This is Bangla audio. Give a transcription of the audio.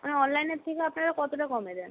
হ্যাঁ অনলাইনের থেকে আপনারা কতটা কমে দেন